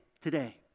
today